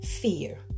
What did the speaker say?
fear